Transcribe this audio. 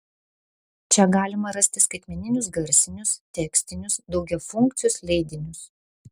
čia galima rasti skaitmeninius garsinius tekstinius daugiafunkcius leidinius